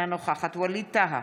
אינה נוכחת ווליד טאהא,